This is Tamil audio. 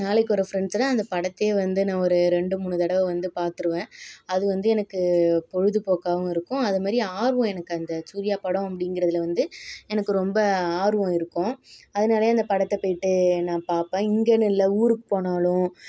நாளைக்கி ஒரு ஃபிரண்ட்ஸுனா அந்த படத்தையே வந்து நான் ஒரு ரெண்டு மூணு தடவை வந்து பார்த்துருவேன் அது வந்து எனக்கு பொழுது போக்காகவும் இருக்கும் அதே மாதிரி ஆர்வம் எனக்கு அந்த சூர்யா படம் அப்படிங்குறதுல வந்து எனக்கு ரொம்ப ஆர்வம் இருக்கும் அதனாலேயே அந்த படத்தை போய்ட்டு நா பார்ப்பேன் இங்கேன்னு இல்லை ஊருக்கு போனாலும்